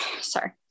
sorry